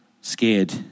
Scared